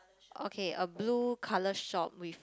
okay a blue colour shop with